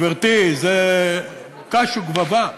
גברתי, זה קש וגבבה.